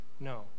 No